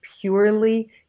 purely